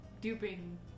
duping